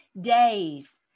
days